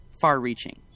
far-reaching